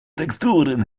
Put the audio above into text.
texturen